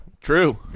true